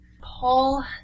Paul